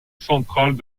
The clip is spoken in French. centrale